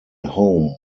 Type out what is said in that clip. home